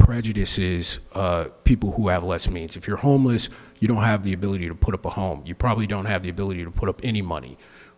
prejudices people who have less means if you're homeless you don't have the ability to put up a home you probably don't have the ability to put up any money